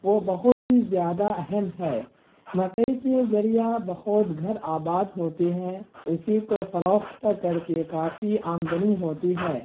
وہ بہت ہی زیادہ اہم ہے مکئی کے ذریعہ بہت گھر آباد ہوتے ہیں اسی کو فروخت کر کے کافی آمدنی ہوتی ہے